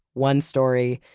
one story,